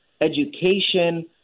education